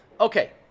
Okay